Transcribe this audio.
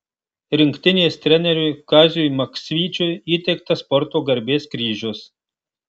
rinktinės treneriui kaziui maksvyčiui įteiktas sporto garbės kryžius